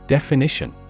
Definition